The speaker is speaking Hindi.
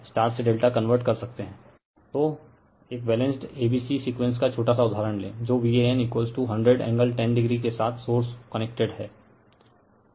रिफर स्लाइड टाइम 1455 तो एक बैलेंस्ड एबीसी सीक्वेंस का छोटा सा उदहारण लें जो Van 100 एंगल 10o के साथ सोर्स कनेक्टेड है